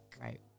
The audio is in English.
Right